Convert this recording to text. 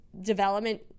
development